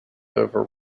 over